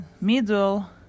middle